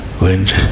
wind